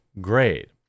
grade